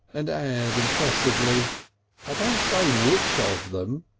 and add impressively i don't say which of them.